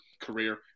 career –